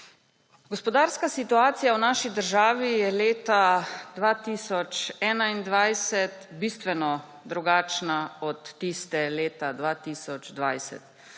Gospodarska situacija v naši državi je leta 2021 bistveno drugačna od tiste leta 2020.